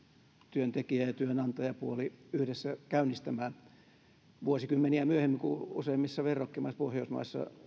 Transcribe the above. työntekijä ja työnantajapuoli yhdessä käynnistämään se vuosikymmeniä myöhemmin kuin useimmissa verrokkimaissa pohjoismaissa